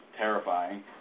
terrifying